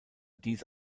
dies